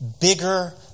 bigger